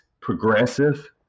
progressive